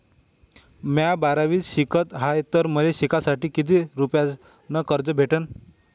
म्या बारावीत शिकत हाय तर मले शिकासाठी किती रुपयान कर्ज भेटन?